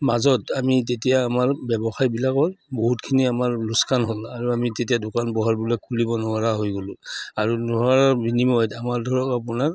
মাজত আমি তেতিয়া আমাৰ ব্যৱসায়বিলাকৰ বহুতখিনি আমাৰ লোকচান হ'ল আৰু আমি তেতিয়া দোকান পোহাৰবিলাক খুলিব নোৱাৰা হৈ গ'লোঁ আৰু নোৱাৰাৰ বিনিময়ত আমাৰ ধৰক আপোনাৰ